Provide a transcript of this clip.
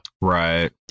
Right